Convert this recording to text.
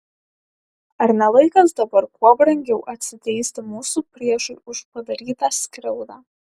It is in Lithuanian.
ar ne laikas dabar kuo brangiau atsiteisti mūsų priešui už padarytą skriaudą